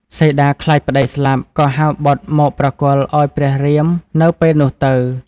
សីតាខ្លាចប្តីស្លាប់ ក៏ហៅបុត្រមកប្រគល់ឱ្យព្រះរាមនៅពេលនោះទៅ។